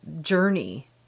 journey